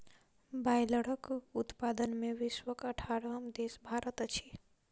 बायलरक उत्पादन मे विश्वक अठारहम देश भारत अछि